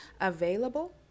available